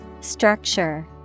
Structure